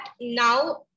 now